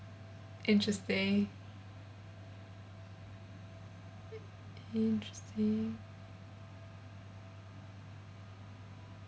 interesting interesting